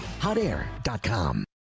Hotair.com